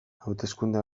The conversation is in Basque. hauteskunde